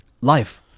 life